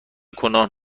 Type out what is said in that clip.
کنان